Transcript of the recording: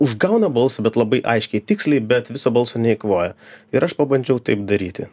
užgauna balsą bet labai aiškiai tiksliai bet viso balso neeikvoja ir aš pabandžiau taip daryti